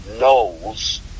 knows